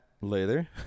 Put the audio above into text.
later